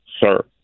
Sir